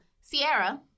Sierra